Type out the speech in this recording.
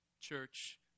church